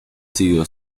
sido